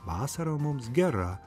vasarą mums gera